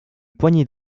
poignet